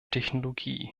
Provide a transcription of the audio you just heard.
technologie